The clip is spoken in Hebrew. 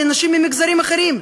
לנשים ממגזרים אחרים,